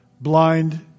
blind